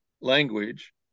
language